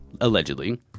allegedly